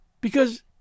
Because